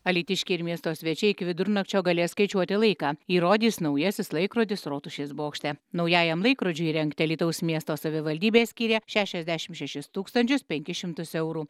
alytiškiai ir miesto svečiai iki vidurnakčio galės skaičiuoti laiką jį rodys naujasis laikrodis rotušės bokšte naujajam laikrodžiui įrengti alytaus miesto savivaldybė skyrė šešiasdešim šešis tūkstančius penkis šimtus eurų